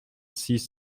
six